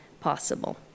possible